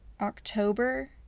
October